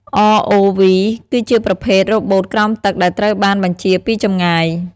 ROV គឺជាប្រភេទរ៉ូបូតក្រោមទឹកដែលត្រូវបានបញ្ជាពីចម្ងាយ។